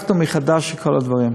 חילקנו מחדש את כל הדברים.